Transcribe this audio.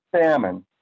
salmon